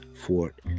Fort